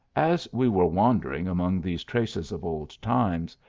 as we were wandering among these traces of old times,